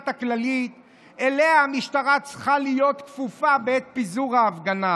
הכללית אליה המשטרה צריכה להיות כפופה בעת פיזור הפגנה,